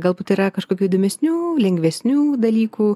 galbūt yra kažkokių įdomesnių lengvesnių dalykų